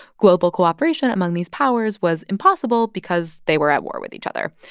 global cooperation among these powers was impossible because they were at war with each other.